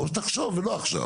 אבל תחשוב ולא עכשיו,